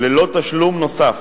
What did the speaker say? ללא תשלום נוסף,